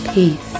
Peace